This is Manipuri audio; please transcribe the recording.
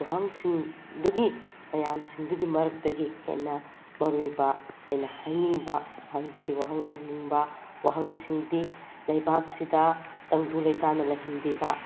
ꯋꯥꯍꯪꯁꯤꯡꯗꯨꯒꯤ ꯃꯌꯥꯝꯁꯤꯡꯗꯨꯒꯤ ꯃꯔꯛꯇꯒꯤ ꯍꯦꯟꯅ ꯃꯔꯨ ꯑꯣꯏꯕ ꯑꯩꯅ ꯍꯥꯏꯅꯤꯡꯕ ꯋꯥꯍꯪꯁꯤꯡ ꯋꯥꯍꯪ ꯍꯪꯅꯤꯡꯕ ꯋꯥꯍꯪꯁꯤꯡꯗꯤ ꯂꯩꯕꯥꯛꯁꯤꯗ ꯇꯪꯗꯨ ꯂꯩꯇꯥꯅ ꯂꯩꯍꯟꯕꯤꯕ